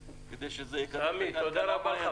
בנגב.